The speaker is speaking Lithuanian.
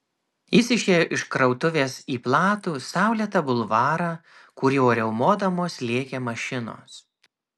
jis išėjo iš krautuvės į platų saulėtą bulvarą kuriuo riaumodamos lėkė mašinos